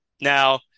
Now